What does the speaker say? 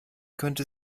könnte